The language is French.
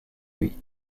lui